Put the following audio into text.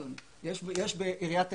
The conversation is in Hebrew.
רק במשרדי ממשלה.